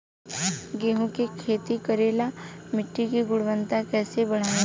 गेहूं के खेती करेला मिट्टी के गुणवत्ता कैसे बढ़ाई?